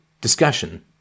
discussion